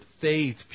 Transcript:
faith